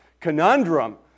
conundrum